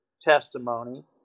testimony